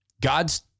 God's